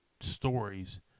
stories